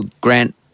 Grant